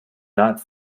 not